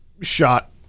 shot